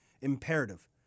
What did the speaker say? imperative